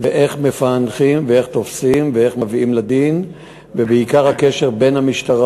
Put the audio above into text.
משני סופי השבוע האחרונים בירושלים: ב-24 במאי 2013 אירעו 22 אירועי